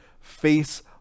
face